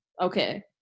okay